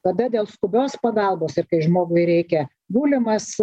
tada dėl skubios pagalbos ir kai žmogui reikia gulimas